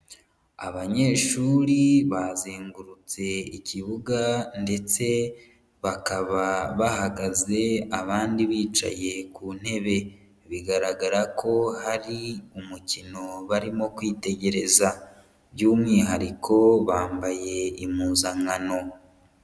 Abanyeshuri bazengurutse ikibuga ndetse bakaba bahagaze abandi bicaye ku ntebe, bigaragara ko hari umukino barimo kwitegereza, by'umwihariko bambaye impuzankano.